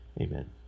Amen